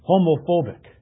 Homophobic